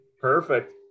Perfect